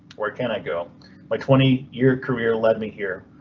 where can i go by twenty year career led me here.